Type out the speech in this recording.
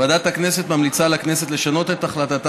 ועדת הכנסת ממליצה לכנסת לשנות את החלטתה